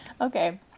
Okay